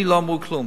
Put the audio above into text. לי לא אמרו כלום.